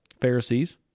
Pharisees